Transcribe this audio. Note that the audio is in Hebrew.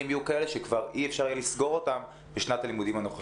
יהיו כאלה שכבר אי אפשר יהיה לסגור אותם בשנת הלימודים הנוכחית.